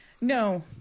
No